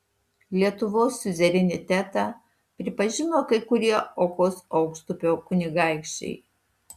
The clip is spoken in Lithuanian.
lietuvos siuzerenitetą pripažino kai kurie okos aukštupio kunigaikščiai